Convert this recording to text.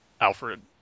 Alfred